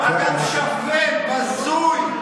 אדם שפל, בזוי.